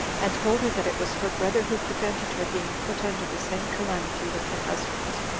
and told her that it was her brother who prevented her being put under the same calamity with her husband.